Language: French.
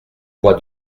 bois